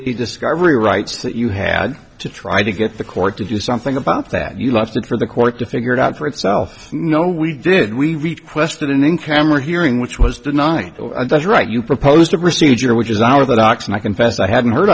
the discovery rights that you had to try to get the court to do something about that you left it for the court to figure it out for itself no we did we requested an in camera hearing which was the nine that's right you proposed a procedure which is our the docs and i confess i hadn't heard